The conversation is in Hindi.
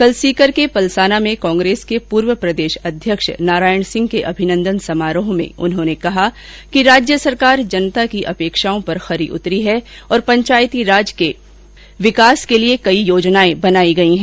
कल सीकर के पलसाना में कांग्रेस के पूर्व प्रदेशाध्यक्ष नारायण सिंह के अभिनन्दन समारोह में उन्होंने कहा कि राज्य सरकार जनता की अपेक्षा पर खरी उतरी है और पंचायतीराज के विकास के लिए कई योजनाएं बनायी गयी हैं